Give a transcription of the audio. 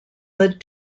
led